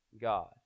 God